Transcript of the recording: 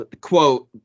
quote